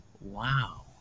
Wow